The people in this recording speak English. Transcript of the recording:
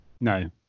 No